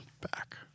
back